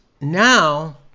now